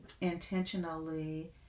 intentionally